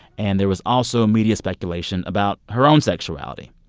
and there was also media speculation about her own sexuality.